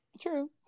True